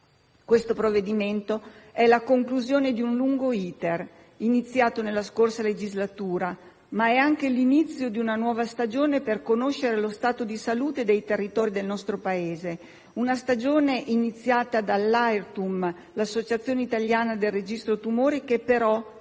Questo provvedimento è la conclusione di un lungo *iter*, iniziato nella scorsa legislatura, ma è anche l'inizio di una nuova stagione per conoscere lo stato di salute dei territori del nostro Paese; una stagione iniziata dall'Airtum, l'Associazione italiana registri tumori, che però